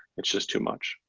it's just too much.